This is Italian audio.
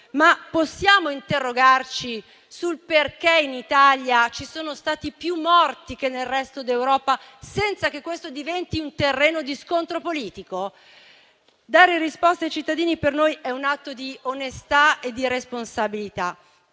Possiamo però interrogarci sul perché in Italia ci sono stati più morti che nel resto d'Europa senza che questo diventi un terreno di scontro politico? Dare risposte ai cittadini per noi è un atto di onestà e di responsabilità